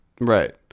Right